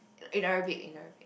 in Arabic in Arabic